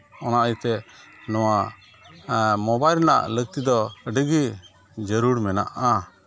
ᱚᱱᱟ ᱤᱭᱟᱹ ᱛᱮ ᱱᱚᱣᱟ ᱢᱳᱵᱟᱭᱤᱞ ᱨᱮᱱᱟᱜ ᱞᱟᱹᱠᱛᱤ ᱫᱚ ᱟᱹᱰᱤ ᱜᱮ ᱡᱟᱹᱨᱩᱲ ᱢᱮᱱᱟᱜᱼᱟ